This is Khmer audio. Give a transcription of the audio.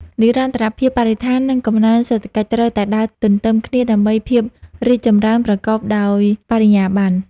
និរន្តរភាពបរិស្ថាន និងកំណើនសេដ្ឋកិច្ច ត្រូវតែដើរទន្ទឹមគ្នាដើម្បីភាពរីកចម្រើនប្រកបដោយបរិយាប័ន្ន។